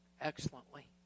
Excellently